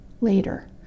later